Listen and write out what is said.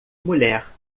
mulher